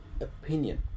opinion